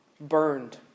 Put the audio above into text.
burned